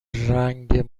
رنگ